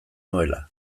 nuela